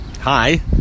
Hi